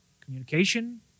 communication